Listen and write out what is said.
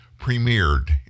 premiered